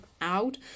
out